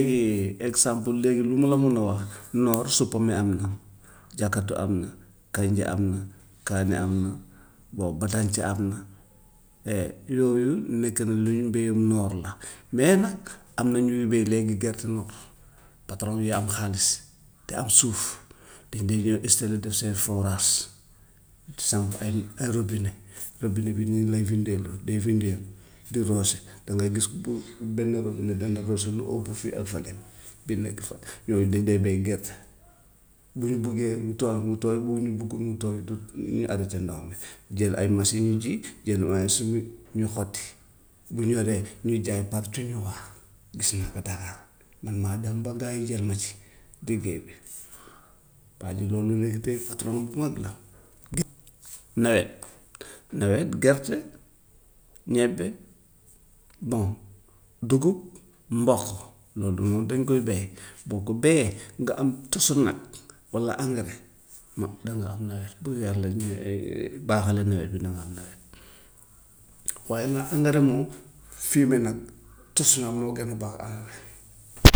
Nii exemple léegi lu ma la mun a wax noor supame am na, jakato am na, kanja am na, kaani am na, boo batanse am na et loolu nekk na lu ñu béyam noor la. Mais nag am na ñuy béy léegi gerte noor, patrons yi am xaalis te am suuf, dañ dee ñëw insaller def seen fooraas, samp ay ay robine, robine bi noonu lay windeelu day windeelu di roose, dangay gis bu benn robine dana roose lu ëpp fii ak fële, bi nekk fële, loolu da dee béy gerte. Bu ñu buggee mu tooy mu tooy, bu ñu buggul mu tooy, du ñu arrêter ndox mi, jël ay machine ñu ji, jël machine bi ñu xotti, bu ñoree ñu jaay par gis naa ko dakar, man maa dem ba gaa yi jël ma ci liggéey bi. Paa bi doon liggéey tey patron bu mag la. Gi nawet, nawet gerte, ñebe, bon dugub, mboq loolu de moom dañu koy béy, boo ko béyee nga am tosu nag walla engrais moo danga am nawet bu yàlla naree baxalee nawet bi na nga am nawet. Waaye na nga def moom fumier nag tosu nag moo gën a baax engrais.